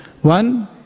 One